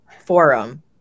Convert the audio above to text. forum